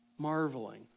Marveling